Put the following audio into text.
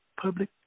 Public